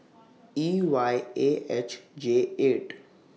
E Y A H J eight